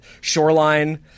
shoreline